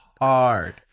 hard